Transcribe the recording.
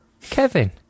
Kevin